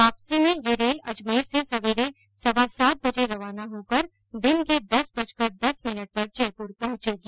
वापसी में यह रेल अजमेर से सवेरे सवा सात बजे रवाना होकर दिन के दस बजकर दस मिनट पर जयपुर पहुंचेगी